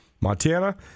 Montana